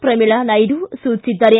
ಪ್ರಮೀಳಾ ನಾಯ್ಡು ಸೂಚಿಸಿದ್ದಾರೆ